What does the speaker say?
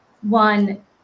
one